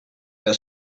der